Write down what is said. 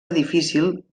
difícil